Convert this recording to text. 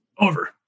Over